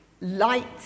Light